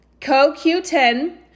CoQ10